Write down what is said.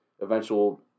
eventual